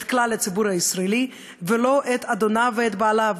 את כלל הציבורי הישראלי ולא את אדוניו ואת בעליו.